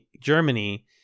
Germany